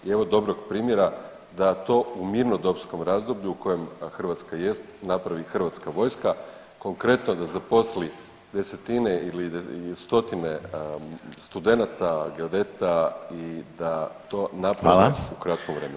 I evo dobrog primjera da to u mirnodopskom razdoblju u kojem Hrvatska jest napravi Hrvatska vojska, konkretno da zaposli desetine ili stotine studenata, geodeta i da to napravi u kratkom vremenu.